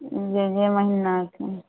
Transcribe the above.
जाहि महिनाके जे